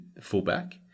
fullback